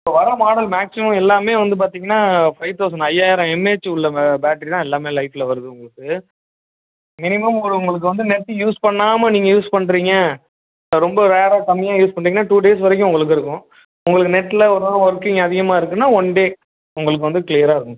இப்போ வர model maximum எல்லாமே வந்து பார்த்திங்கனா ஃபைவ் தெளசன் ஐயாயிரம் எம் ஏ ஹெச் உள்ள பேட்ரி தான் எல்லாமே லைடில் வருது உங்ளுக்கு மினிமம் ஒரு உங்களுக்கு வந்து நெட் யூஸ் பண்ணாமல் நீங்கள் யூஸ் பண்ணுறிங்க ரொம்ப ரேர்ராக கம்மியாக யூஸ் பண்றிங்னா டூ டேஸ் வரைக்கும் உங்களுக்கு இருக்கும் உங்களுக்கு நெட்டில் ஒரு நாள் ஒர்கிங் அதிகமாக இருக்குன்னா ஒன் டே உங்களுக்கு வந்து க்ளீயராக இருக்கும் சார்